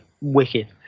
wicked